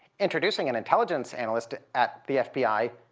introducing an intelligence analyst ah at the fbi